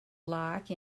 like